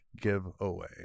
giveaway